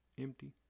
empty